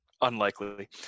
unlikely